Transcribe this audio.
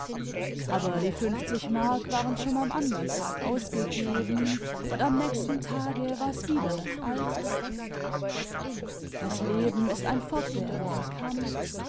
aber die fünfzig mark waren schon am andern tage ausgegeben und am nächsten tage war's wieder das alte das leben ist ein fortwährender kampf